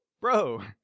bro